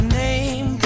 name